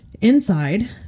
Inside